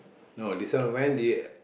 no this one when did